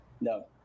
No